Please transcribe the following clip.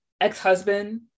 ex-husband